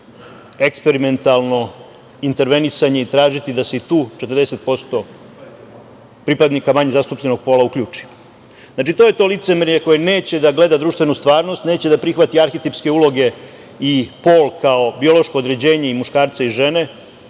eksperimentalno intervenisanje i tražiti da se i tu 40% pripadnika manje zastupljenog pola uključi. Znači, to je to licemerje koje neće da gleda društvenu stvarnost, neće da prihvati arhetipske uloge i pol kao biološko određenje i muškarca i žene,